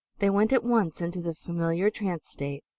they went at once into the familiar trance state.